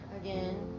again